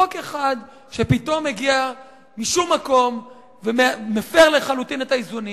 חוק אחד שפתאום הגיע משום מקום ומפר לחלוטין את האיזונים.